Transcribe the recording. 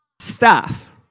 staff